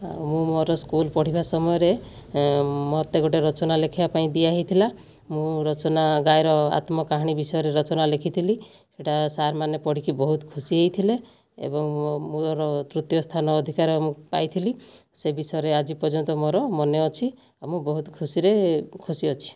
ଆଉ ମୁଁ ମୋର ସ୍କୁଲ୍ ପଢ଼ିବା ସମୟରେ ମୋତେ ଗୋଟିଏ ରଚନା ଲେଖିବା ପାଇଁ ଦିଆଯାଇଥିଲା ମୁଁ ରଚନା ଗାଈର ଆତ୍ମକାହାଣୀ ବିଷୟରେ ରଚନା ଲେଖିଥିଲି ସେଇଟା ସାର୍ମାନେ ପଢ଼ିକି ବହୁତ ଖୁସି ହୋଇଥିଲେ ଏବଂ ମୋର ତୃତୀୟ ସ୍ଥାନ ଅଧିକାର ମୁଁ ପାଇଥିଲି ସେ ବିଷୟରେ ଆଜି ପର୍ଯ୍ୟନ୍ତ ମୋର ମନେ ଅଛି ଆଉ ମୁଁ ବହୁତ ଖୁସିରେ ଖୁସି ଅଛି